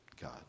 God